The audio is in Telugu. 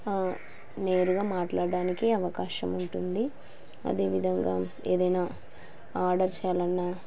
నేరుగా మాట్లాడడానికి అవకాశం ఉంటుంది అదేవిధంగా ఏదైనా ఆర్డర్ చేయాలన్నా